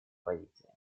позиции